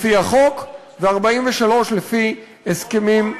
לפי החוק, ו-43 לפי הסכמים.